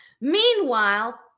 Meanwhile